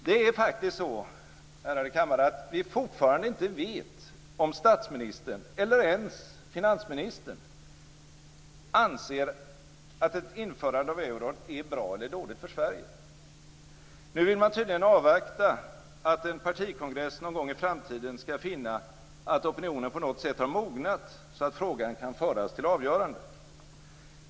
Det är faktiskt så, ärade kammare, att vi fortfarande inte vet om statsministern eller ens finansministern anser att ett införande av euron är bra eller dåligt för Sverige. Nu vill man tydligen avvakta att en partikongress någon gång i framtiden skall finna att opinionen på något sätt har mognat, så att frågan kan föras till avgörande.